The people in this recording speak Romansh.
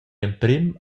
emprem